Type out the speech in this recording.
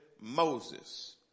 Moses